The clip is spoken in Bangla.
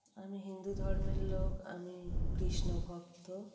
আমি হিন্দু ধর্মের লোক আমি কৃষ্ণ ভক্ত